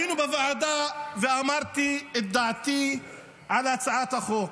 היינו בוועדה ואמרתי את דעתי על הצעת החוק.